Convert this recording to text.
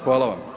Hvala vam.